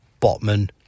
Botman